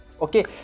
okay